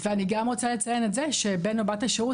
ואני גם רוצה לציין את זה שבן או בת השירות